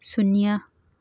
ꯁꯨꯅ꯭ꯌꯥ